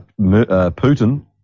Putin